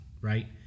right